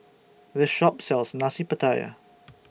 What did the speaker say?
This Shop sells Nasi Pattaya